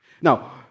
Now